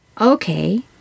Okay